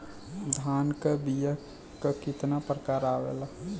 धान क बीया क कितना प्रकार आवेला?